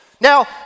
Now